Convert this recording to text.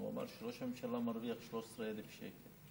והוא אמר שראש הממשלה מרוויח 13,000 שקל.